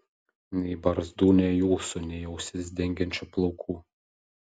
nei barzdų nei ūsų nei ausis dengiančių plaukų